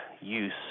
use